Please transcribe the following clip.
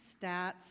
stats